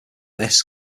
this